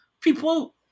people